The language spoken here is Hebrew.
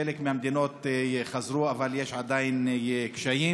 בחלק מהמדינות חזרו אבל יש עדיין קשיים.